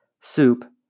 soup